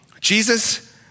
Jesus